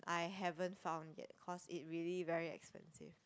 I haven't found yet cause it really very expensive